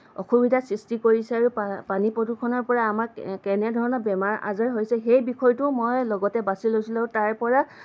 অসুবিধাৰ সৃষ্টি কৰিছে আৰু পা পানী প্ৰদূষণৰ পৰা আমাৰ কেনেধৰণৰ বেমাৰ আজাৰ হৈছে সেই বিষয়টোও মই লগতে বাছি লৈছিলোঁ আৰু তাৰ পৰা